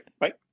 right